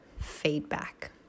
feedback